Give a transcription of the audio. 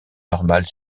normale